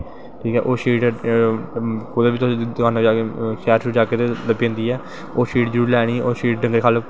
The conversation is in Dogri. ठीक ऐ ओह् शीट दकानें परा दा शैह्र चा लब्भी जंदी ऐ ओह् शीट जरूर लैनी ओह् शीट डंगरैं ख'ल्ल